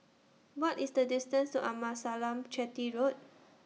What IS The distance to Amasalam Chetty Road